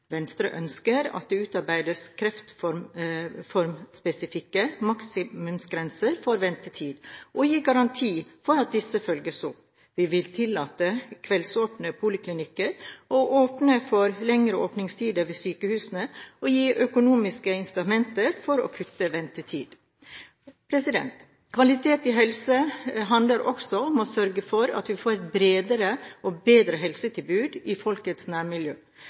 Venstre ønsker at det utarbeides kreftformspesifikke maksimumsgrenser for ventetid, og vil gi garanti for at disse følges opp. Vi vil tillate kveldsåpne poliklinikker og åpne for lengre åpningstider ved sykehusene og gi økonomiske incitamenter for å kutte ventetiden. Kvalitet i helse handler også om å sørge for at vi får et bredere og bedre helsetilbud i